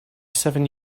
seven